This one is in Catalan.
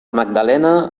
magdalena